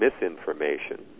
misinformation